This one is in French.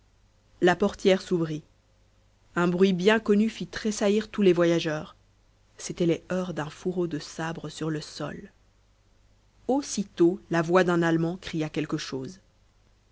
la portière s'ouvrit un bruit bien connu fit tressaillir tous les voyageurs c'étaient les heurts d'un fourreau de sabre sur le sol aussitôt la voix d'un allemand cria quelque chose